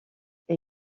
est